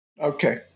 Okay